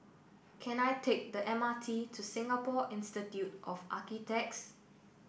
can I take the M R T to Singapore Institute of Architects